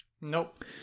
nope